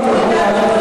באמת?